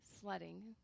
sledding